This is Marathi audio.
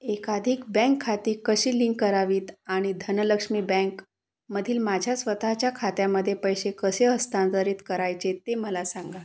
एकाधिक बँक खाती कशी लिंक करावीत आणि धनलक्ष्मी बँकमधील माझ्या स्वतःच्या खात्यामध्ये पैसे कसे हस्तांतरित करायचे ते मला सांगा